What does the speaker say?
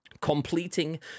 completing